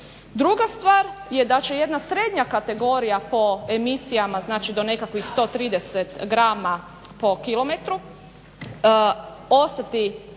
Druga stvar je da će jedna srednja kategorija po emisijama, znači do nekakvih 130 g/km ostati